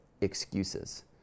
excuses